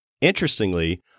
Interestingly